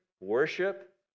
worship